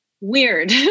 weird